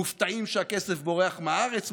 מופתעים שהכסף בורח מהארץ,